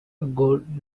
gold